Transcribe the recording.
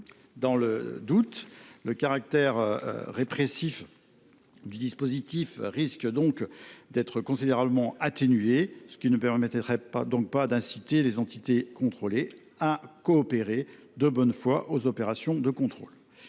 Dans le doute, le caractère répressif du dispositif risquerait donc d’être considérablement atténué, ce qui n’inciterait pas les entités contrôlées à coopérer de bonne foi aux opérations de contrôle.